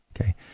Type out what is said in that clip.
okay